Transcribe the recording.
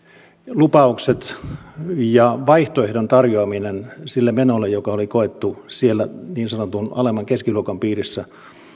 lupaukset ja vaihtoehdon tarjoaminen sille menolle joka oli koettu siellä niin sanotun alemman keskiluokan piirissä